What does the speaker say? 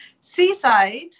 Seaside